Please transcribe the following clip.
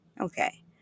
okay